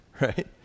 right